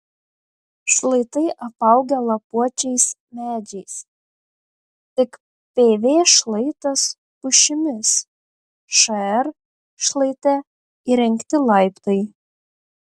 šlaitai apaugę lapuočiais medžiais tik pv šlaitas pušimis šr šlaite įrengti laiptai